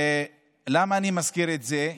למה אני מזכיר את זה,